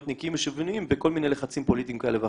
נקיים ושוויוניים בכל מיני לחצים פוליטיים כאלה ואחרים.